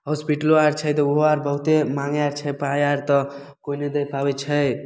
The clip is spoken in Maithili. होस्पिटलो आर छै तऽ ओहो आर बहुत्ते माँगै आर छै पाइ आर तऽ केओ नहि दे पाबैत छै